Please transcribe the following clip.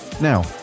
now